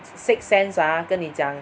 sixth sense ah 跟你讲